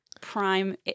prime